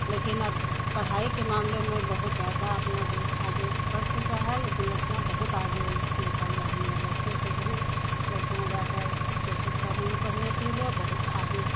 लेकिन अब पढ़ाई के मामले में बहुत ज़्यादा अपना देश आगे बढ़ चुका है लेकिन लड़कियाँ बहुत आगे निकल रही हैं लड़कियों से भी लड़कियाँ ज़्यादा कोशिश कर रही हैं पढ़ने के लिए बहुत आगे